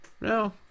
no